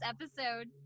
episode